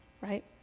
right